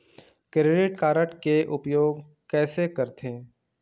Credit card के उपयोग कैसे करथे?